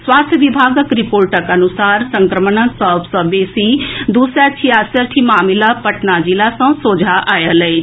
स्वास्थ्य विभागक रिपोर्टक अनुसार संक्रमणक सभ सँ बेसी दू सय तिरसठि मामिला पटना जिला सँ सोझा आएल अछि